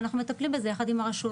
ואנחנו מטפלים בזה יחד עם הרשות.